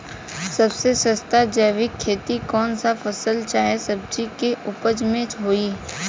सबसे सस्ता जैविक खेती कौन सा फसल चाहे सब्जी के उपज मे होई?